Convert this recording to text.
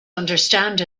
understand